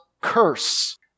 curse